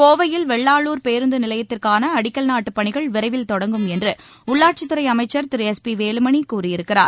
கோவையில் வெள்ளாளூர் பேருந்து நிலையத்திற்கான அடிக்கல் நாட்டுப் பணிகள் விரைவில் தொடங்கும் என்று உள்ளாட்சித்துறை அமைச்சர் திரு எஸ் பி வேலுமணி கூறியிருக்கிறார்